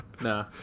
nah